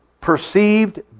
perceived